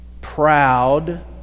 proud